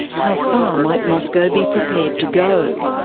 how far might moscow be prepared to go?